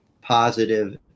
positive